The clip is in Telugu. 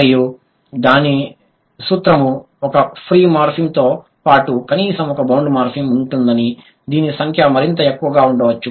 మరియు దాని సూత్రము ఒక ఫ్రీ మార్ఫిమ్తో పాటు కనీసం ఒక బౌండ్ మార్ఫిమ్ ఉంటుంది దీని సంఖ్య మరింత ఎక్కువగా ఉండవచ్చు